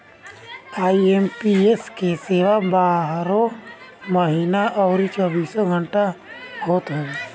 IMPS के सेवा बारहों महिना अउरी चौबीसों घंटा होत हवे